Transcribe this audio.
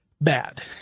bad